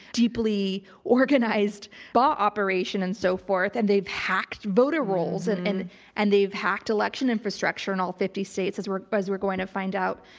deeply organized but operation and so forth. and they've hacked voter rolls and and and they've hacked election infrastructure in all fifty states as we're as we're going to find out,